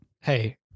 Hey